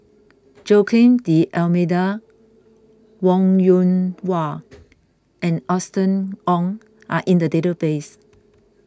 Joaquim D'Almeida Wong Yoon Wah and Austen Ong are in the database